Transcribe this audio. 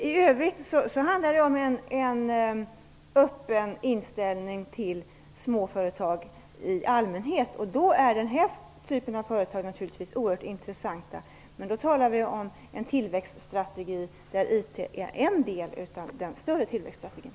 I övrigt handlar det om en öppen inställning till småföretag i allmänhet, och då är naturligtvis den här typen av företag oerhört intressant. Men då talar vi om en tillväxtstrategi, där IT är en del av den större tillväxtstrategin.